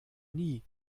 nie